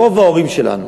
רוב ההורים שלנו,